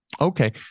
Okay